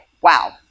wow